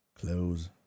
Close